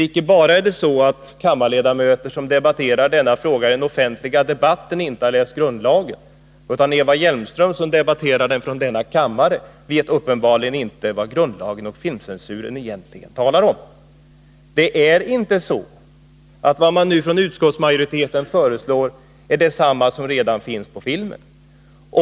Icke bara är det så att kammarledamöter som debatterar denna fråga i den offentliga debatten inte har läst grundlagen, utan Eva Hjelmström, som debatterar den i denna kammare, vet uppenbarligen inte vad grundlagen stadgar och filmcensuren har för uppgifter. Det är inte så att det som utskottsmajoriteten föreslår är detsamma som redan gäller på filmens område.